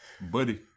Buddy